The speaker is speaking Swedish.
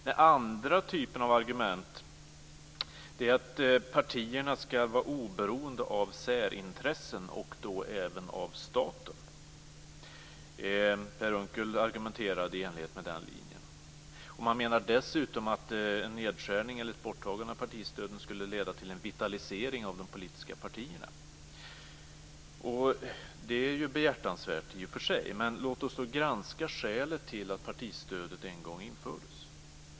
Den andra typen av argument är att partierna skall vara oberoende av särintressen och då även av staten. Per Unckel argumenterade i enlighet med den linjen. Man menar dessutom att en nedskärning eller ett borttagande av partistöden skulle leda till en vitalisering av de politiska partierna. Det är ju i och för sig behjärtansvärt. Men låt oss då granska skälet till att partistödet en gång infördes.